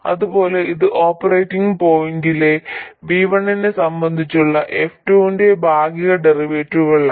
അതുപോലെ ഇത് ഓപ്പറേറ്റിംഗ് പോയിന്റിലെ V1 നെ സംബന്ധിച്ചുള്ള f2 ന്റെ ഭാഗിക ഡെറിവേറ്റീവുകളാണ്